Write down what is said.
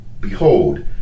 behold